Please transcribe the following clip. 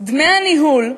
דמי הניהול,